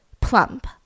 plump